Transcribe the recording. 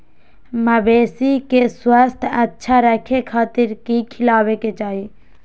मवेसी के स्वास्थ्य अच्छा रखे खातिर की खिलावे के चाही?